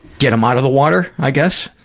get em out of the water i guess?